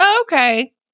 okay